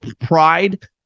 pride